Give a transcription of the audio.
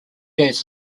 days